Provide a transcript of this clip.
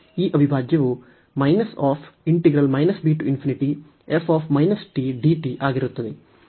ತದನಂತರ ಈ ಅವಿಭಾಜ್ಯವು ಆಗಿರುತ್ತದೆ